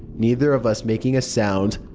neither of us making a sound.